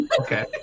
Okay